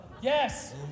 Yes